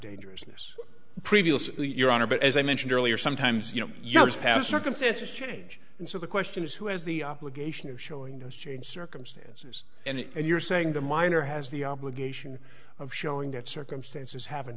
dangerousness previously your honor but as i mentioned earlier sometimes you know you just passed circumstances change and so the question is who has the obligation of showing those changed circumstances and you're saying the minor has the obligation of showing that circumstances hav